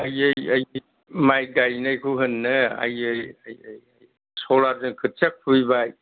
आइयै आइयै माइ गायनायखौ होननो आइयै आइयै सलारजों खोथिया खुबैबाय